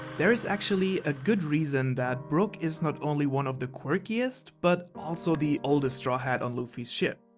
there is actually a good reason that brook is not only one of the quirkiest, but also the oldest straw hat on luffy's ship.